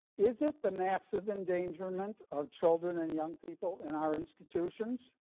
is it the massive endangerment of children and young people in our institutions?